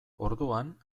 orduan